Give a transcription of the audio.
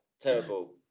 terrible